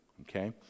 okay